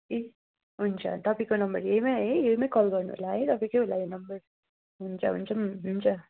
ए हुन्छ तपाईँको नम्बर यहीमै है यहीमै कल गर्नुहोला है तपाईँकै होला यो नम्बर हुन्छ हुन्छ हुन्छ